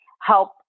help